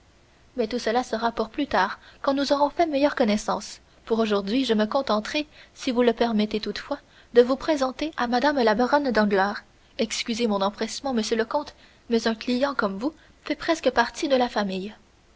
mais tout cela sera pour plus tard quand nous aurons fait meilleure connaissance pour aujourd'hui je me contenterai si vous le permettez toutefois de vous présenter à mme la baronne danglars excusez mon empressement monsieur le comte mais un client comme vous fait presque partie de la famille